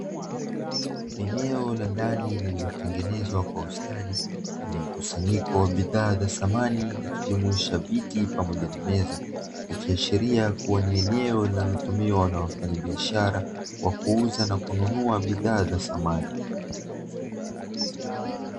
Eneo la ndani lililotengenezwa kwa ustadi lenye mkusanyiko wa bidhaa za samani ikijumuisha viti pamoja na meza, ikiashiria kuwa ni eneo linalotumiwa na wanawafanyabiashara wa kuuza na kununua bidhaa za samani.